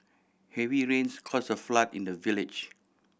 heavy rains caused a flood in the village